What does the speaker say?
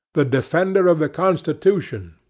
the defender of the constitution.